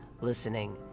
listening